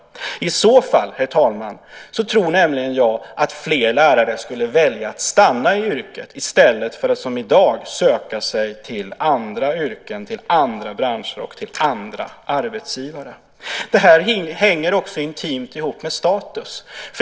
I så fall, herr talman, tror nämligen jag att fler lärare skulle välja att stanna i yrket, i stället för att som i dag söka sig till andra yrken, till andra branscher och till andra arbetsgivare. Det här hänger också intimt ihop med status.